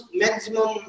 maximum